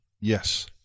yes